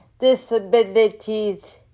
disabilities